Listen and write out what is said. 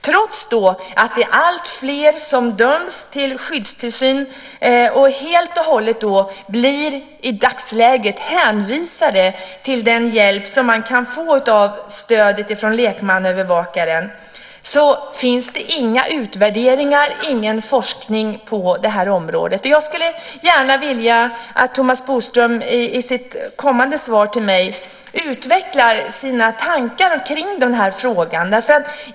Trots att alltfler döms till skyddstillsyn och i dagsläget helt och hållet blir hänvisade till den hjälp som de kan få av stödet från lekmannaövervakaren finns det inga utvärderingar och ingen forskning på detta område. Jag skulle vilja att Thomas Bodström i sitt kommande svar till mig utvecklar sina tankar kring den här frågan.